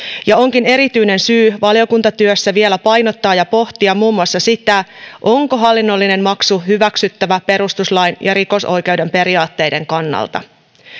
onkin erityinen syy valiokuntatyössä vielä painottaa ja pohtia muun muassa sitä onko hallinnollinen maksu hyväksyttävä perustuslain ja rikosoikeuden periaatteiden kannalta